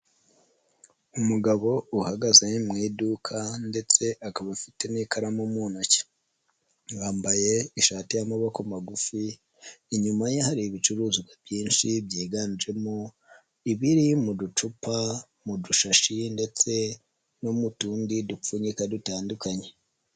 Umugabo uhagaze mu iduka ndetse akaba afite n'ikaramu mu ntoki, yambaye ishati y'amaboko magufi inyuma ye hari ibicuruzwa byinshi byiganjemo ibiri mu ducupa, mu dushashi ndetse no mu tundi dupfunyika dutandukanye.